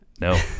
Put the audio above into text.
No